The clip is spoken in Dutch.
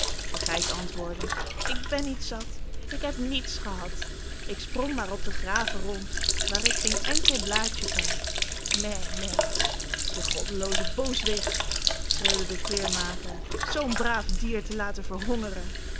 de geit antwoordde ik ben niet zat k heb niets gehad ik sprong maar op de graven rond waar ik geen enkel blaadje vond mè mè die goddelooze booswicht schreeuwde de kleermaker zoo'n braaf dier te laten verhongeren